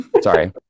sorry